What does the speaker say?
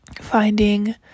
finding